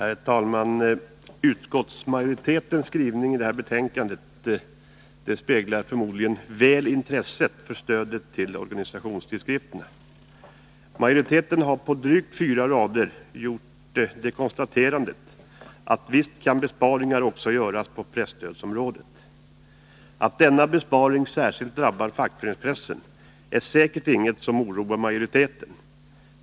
Herr talman! Utskottsmajoritetens skrivning i detta betänkande speglar förmodligen väl intresset för stödet till organisationstidskrifterna. Majoriteten har på drygt fyra rader gjort konstaterandet, att visst kan besparingar också göras på presstödsområdet. Att denna besparing särskilt drabbar fackföreningspressen är säkert inget som oroar majoriteten.